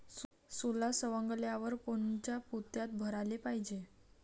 सोला सवंगल्यावर कोनच्या पोत्यात भराले पायजे?